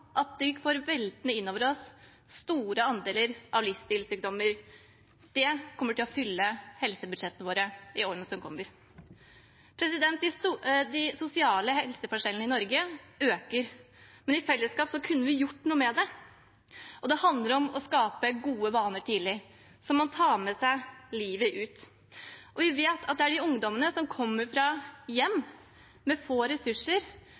kommer. De sosiale helseforskjellene i Norge øker, men i fellesskap kunne vi gjort noe med det. Det handler om tidlig å skape gode vaner som man tar med seg livet ut. Vi vet at det er de ungdommene som kommer fra hjem med få ressurser,